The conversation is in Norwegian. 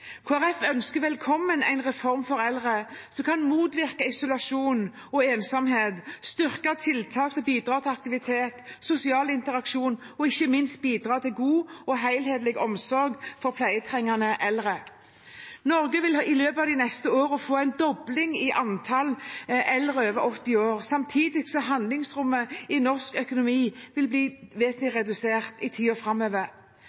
ønsker velkommen en reform for eldre som kan motvirke isolasjon og ensomhet, styrke tiltak som bidrar til aktivitet og sosial interaksjon, og ikke minst bidra til en god og helhetlig omsorg for pleietrengende eldre. Norge vil i løpet av de neste årene få en dobling i antall eldre over 80 år, samtidig som handlingsrommet i den norske økonomien vil bli vesentlig redusert i tiden framover.